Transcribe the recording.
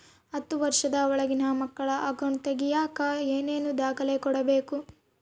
ಹತ್ತುವಷ೯ದ ಒಳಗಿನ ಮಕ್ಕಳ ಅಕೌಂಟ್ ತಗಿಯಾಕ ಏನೇನು ದಾಖಲೆ ಕೊಡಬೇಕು?